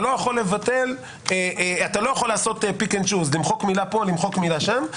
לא יכול למחוק מילה פה ולמחוק מילה שם.